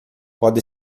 pode